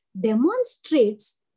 demonstrates